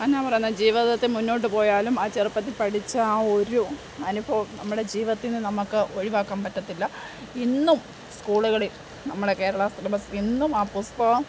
എന്നാ പറയുന്നത് ജീവിതത്തിൽ മുന്നോട്ടു പോയാലും ആ ചെറുപ്പത്തിൽ പഠിച്ച ആ ഒരു അനുഭവവും നമ്മുടെ ജീവിതത്തിൽ നിന്നു നമുക്ക് ഒഴിവാക്കാൻ പറ്റത്തില്ല ഇന്നും സ്കൂളുകളിൽ നമ്മുടെ കേരളാ സിലബസ്സിലിന്നും ആ പുസ്തകം